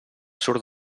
surt